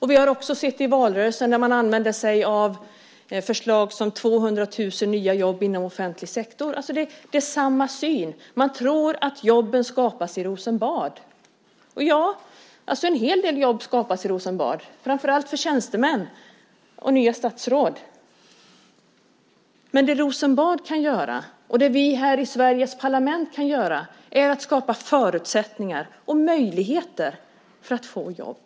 Vi har också sett det i valrörelsen där man använde sig av förslag som 200 000 nya jobb inom offentlig sektor. Det är samma syn. Man tror att jobben skapas i Rosenbad. Och en hel del jobb skapas i Rosenbad, framför allt för tjänstemän och nya statsråd. Det Rosenbad kan göra och det vi här i Sveriges parlament kan göra är att skapa förutsättningar och möjligheter att få jobb.